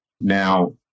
now